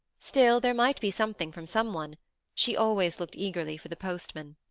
still, there might be something from someone she always looked eagerly for the postman.